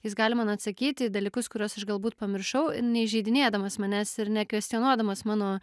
jis gali man atsakyti į dalykus kuriuos aš galbūt pamiršau neįžeidinėdamas manęs ir nekvestionuodamas mano